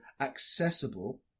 accessible